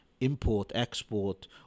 import-export